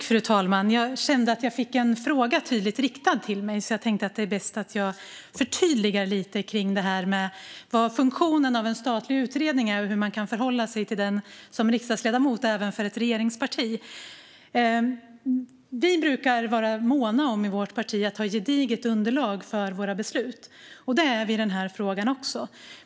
Fru talman! Jag kände att jag fick en fråga tydligt riktad till mig, så jag tänkte att det är bäst att jag förtydligar lite vad funktionen för en statlig utredning är och hur man kan förhålla sig till den som riksdagsledamot även för ett regeringsparti. Vi i vårt parti brukar vara måna om att ha ett gediget underlag för våra beslut, och det är vi också i den här frågan.